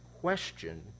question